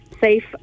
safe